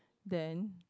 then